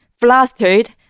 flustered